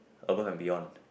Above and Beyond